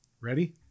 Ready